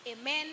amen